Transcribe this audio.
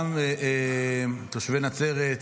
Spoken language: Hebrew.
גם תושבי נצרת,